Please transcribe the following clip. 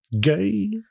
Gay